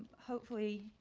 hopefully,